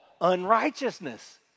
unrighteousness